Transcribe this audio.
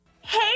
Hey